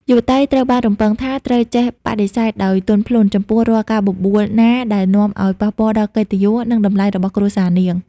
យុវតីត្រូវបានរំពឹងថា ត្រូវចេះ "បដិសេធដោយទន់ភ្លន់" ចំពោះរាល់ការបបួលណាដែលនាំឱ្យប៉ះពាល់ដល់កិត្តិយស និងតម្លៃរបស់គ្រួសារនាង។